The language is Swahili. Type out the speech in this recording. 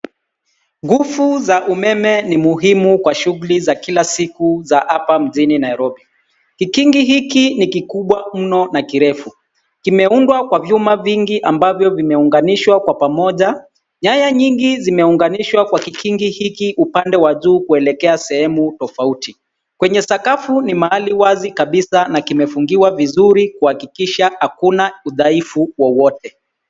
Nguvu za umeme ni muhimu kwa shughuli za kila siku za hapa mjini nairobi. Kikingi hiki ni kikubwa mno na kirefu. Kimeundwa kwa vyuma vingi ambavyo vimeunganishwa kwa pamoja. Nyaya nyingi zimeunganishwa kwa kikingi hiki upande wa juu kuelekea sehemu tofauti. Kwenye sakafu ni mahali wazi kabisa na kimefungiwa vizuri kuhakikisha hakuna udhaifu wowote.